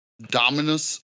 Dominus